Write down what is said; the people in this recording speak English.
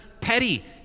petty